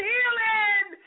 Healing